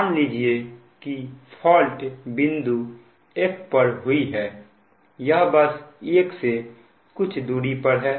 मान लीजिए कि फॉल्ट बिंदु F पर हुई है यह बस 1 से कुछ दूरी पर है